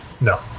No